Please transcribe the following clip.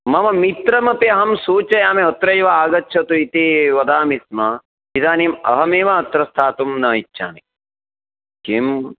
मम मित्रमपि अहं सूचयामि अत्रैव आगच्छतु इति वदामि स्म इदानीम् अहमेव अत्र स्थातुं न इच्छामि किम्